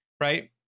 right